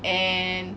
and